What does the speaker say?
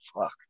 fuck